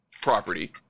property